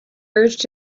urged